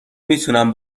میتونم